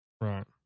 Right